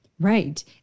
Right